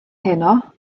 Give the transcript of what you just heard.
heno